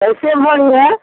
कैसे भरी है